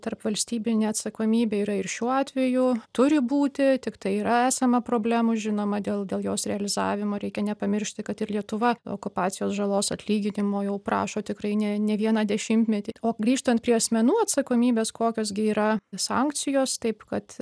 tarpvalstybinė atsakomybė yra ir šiuo atveju turi būti tiktai yra esama problemų žinoma dėl dėl jos realizavimo reikia nepamiršti kad ir lietuva okupacijos žalos atlyginimo jau prašo tikrai ne ne vieną dešimtmetį o grįžtant prie asmenų atsakomybės kokios gi yra sankcijos taip kad